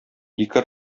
ике